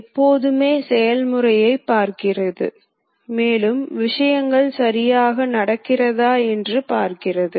இப்போது பாகங்களை தானாக தயாரிக்க இந்த CNCs எந்த வகையான இயக்கங்களை உருவாக்க முடியும் என்பதைப் பார்ப்போம்